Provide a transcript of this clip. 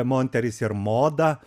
monteris ir moda